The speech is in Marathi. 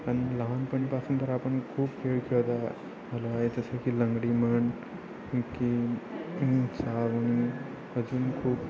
आणि लहानपणीपासून तर आपण खूप खेळ खेळतो आलो आहे जसं की लंगडी म्हण की अजून खूप